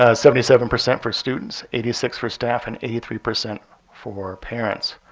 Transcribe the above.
ah seventy seven percent for students, eighty six for staff, and eighty three percent for parents.